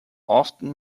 often